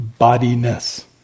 Bodiness